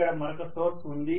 ఇక్కడ మరొక సోర్స్ ఉంది